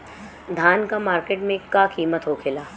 धान क मार्केट में का कीमत होखेला?